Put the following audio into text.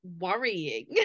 worrying